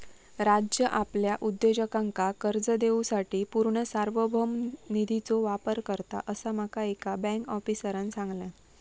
राज्य आपल्या उद्योजकांका कर्ज देवूसाठी पूर्ण सार्वभौम निधीचो वापर करता, असा माका एका बँक आफीसरांन सांगल्यान